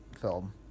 film